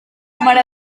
mare